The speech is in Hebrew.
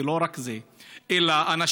ולא רק זה, רוצחי